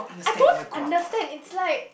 I don't understand it's like